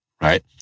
right